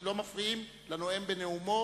לא מפריעים לנואם בנאומו